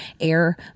air